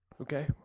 Okay